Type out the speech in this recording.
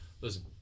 Listen